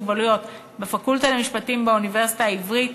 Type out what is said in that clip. מוגבלויות בפקולטה למשפטים באוניברסיטה העברית.